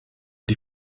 die